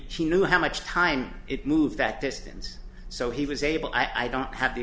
she knew how much time it moved back to stand so he was able i don't have the